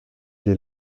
les